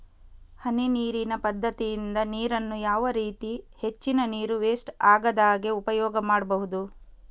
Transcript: ಹನಿ ನೀರಿನ ಪದ್ಧತಿಯಿಂದ ನೀರಿನ್ನು ಯಾವ ರೀತಿ ಹೆಚ್ಚಿನ ನೀರು ವೆಸ್ಟ್ ಆಗದಾಗೆ ಉಪಯೋಗ ಮಾಡ್ಬಹುದು?